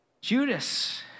Judas